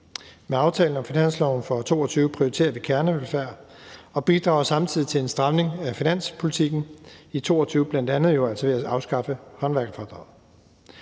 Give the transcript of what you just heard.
Med aftalen om finansloven for 2022 prioriterer vi kernevelfærd og bidrager samtidig til en stramning af finanspolitikken i 2022, bl.a. jo altså ved at afskaffe håndværkerfradraget.